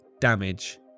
damage